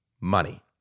Money